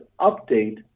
update